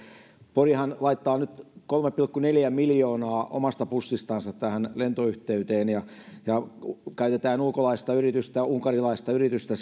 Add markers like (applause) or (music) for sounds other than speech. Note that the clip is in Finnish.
porihan laittaa nyt kolme pilkku neljä miljoonaa omasta pussistansa tähän lentoyhteyteen ja ja siinä käytetään ulkolaista yritystä unkarilaista yritystä (unintelligible)